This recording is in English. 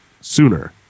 sooner